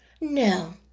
No